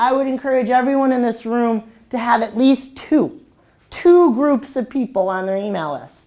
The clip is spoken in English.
i would encourage everyone in this room to have at least two two groups of people on their e mail us